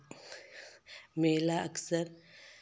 मेला अक्सर